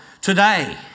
today